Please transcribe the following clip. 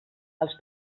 els